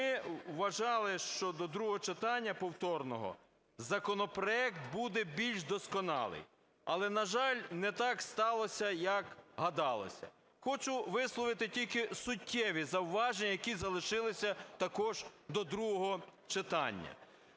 ми вважали, що до другого читання повторного законопроект буде більш досконалий. Але, на жаль, не так сталося, як гадалося. Хочу висловити тільки суттєві зауваження, які залишилися також до другого читання.